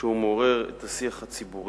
שהוא מעורר את השיח הציבורי.